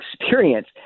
experience